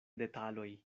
detaloj